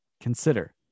Consider